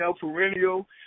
perennial